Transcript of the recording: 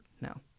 now